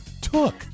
took